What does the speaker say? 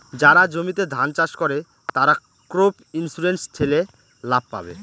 যারা জমিতে ধান চাষ করে, তারা ক্রপ ইন্সুরেন্স ঠেলে লাভ পাবে